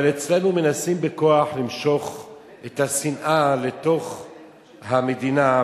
אבל אצלנו מנסים בכוח למשוך את השנאה לתוך המדינה.